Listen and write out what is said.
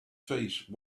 face